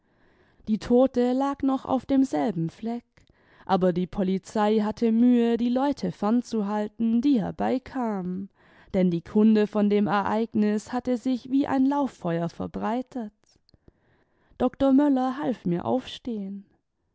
die tote lag noch auf demselben fleck aber die polizei hatte mühe die leute fem zu halten die herbeikamen denn die kmde von dem ereignis hatte sich wie ein lauffeuer verbreitet doktor möller half mir aufstehen